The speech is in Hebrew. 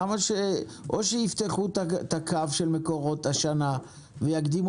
או שיפתחו את הקו של מקורות השנה ויקדימו